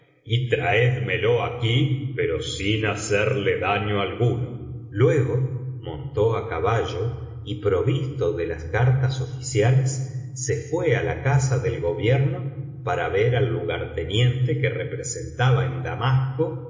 traédmelo aquí pero sin hacerle daño alguno luego montó á caballo y provisto de las cartas oficiales se fué á la casa del gobierno para ver al lugarteniente que representaba en damasco